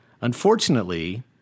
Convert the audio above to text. Unfortunately